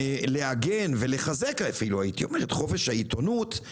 להגן ולחזק את חופש העיתונות,